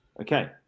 Okay